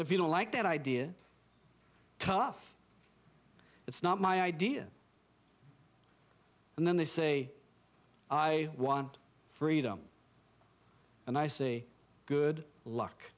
if you don't like that idea tough it's not my idea and then they say i want freedom and i say good luck